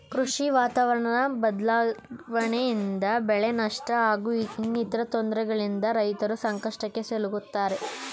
ಕೃಷಿ ವಾತಾವರಣ ಬದ್ಲಾವಣೆಯಿಂದ ಬೆಳೆನಷ್ಟ ಹಾಗೂ ಇನ್ನಿತರ ತೊಂದ್ರೆಗಳಿಂದ ರೈತರು ಸಂಕಷ್ಟಕ್ಕೆ ಸಿಲುಕ್ತಾರೆ